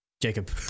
Jacob